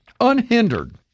unhindered